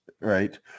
right